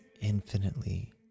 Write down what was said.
infinitely